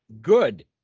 good